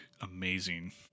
amazing